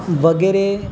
વગેરે